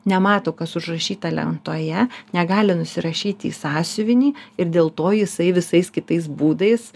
nemato kas užrašyta lentoje negali nusirašyti į sąsiuvinį ir dėl to jisai visais kitais būdais